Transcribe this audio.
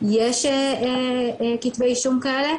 יש כתבי אישום כאלה,